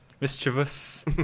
mischievous